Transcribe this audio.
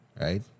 Right